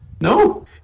No